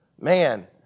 man